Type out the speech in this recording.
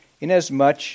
inasmuch